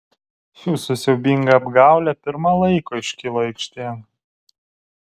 jūsų siaubinga apgaulė pirma laiko iškilo aikštėn